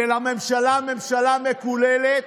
ולממשלה "ממשלה מקוללת".